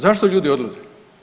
Zašto ljudi odlaze?